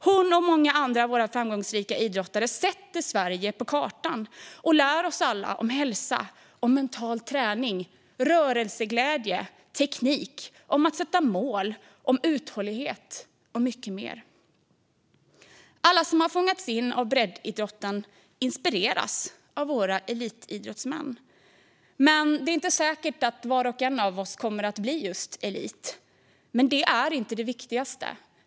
Hon och många andra av våra framgångsrika idrottare sätter Sverige på kartan och lär oss alla om hälsa, mental träning, rörelseglädje, teknik, om att sätta mål, om uthållighet och mycket mer. Alla som har fångats in av breddidrotten inspireras av våra elitidrottsmän. Det är inte säkert att var och en av oss kommer att bli just elit. Men det är inte det viktigaste.